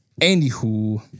Anywho